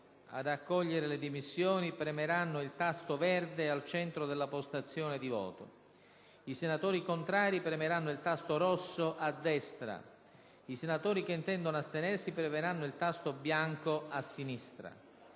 i senatori che intendono astenersi premeranno il tasto bianco a sinistra.